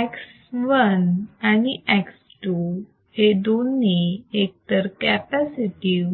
X1 and X2 हे दोन्ही एक तर कॅपॅसिटीव